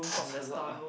it's a lot uh